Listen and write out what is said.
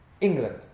England